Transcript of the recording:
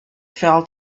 fell